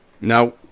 Now